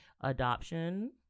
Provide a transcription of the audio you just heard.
adoption